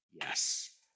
yes